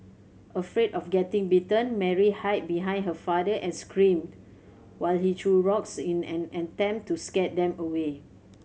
afraid of getting bitten Mary hid behind her father and screamed while he threw rocks in an attempt to scare them away